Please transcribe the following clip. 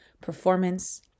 performance